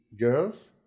girls